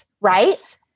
Right